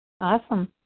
Awesome